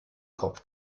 kopf